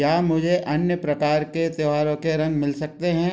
क्या मुझे अन्य प्रकार के त्योहार के रंग मिल सकते हैं